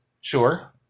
Sure